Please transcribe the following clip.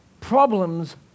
problems